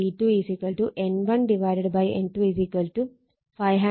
V1 V2 N1 N2 500 100 5